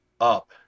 up